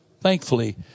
Thankfully